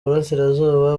burasirazuba